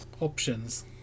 Options